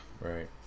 Right